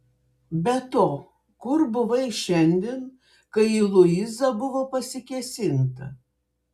be to kur buvai šiandien kai į luizą buvo pasikėsinta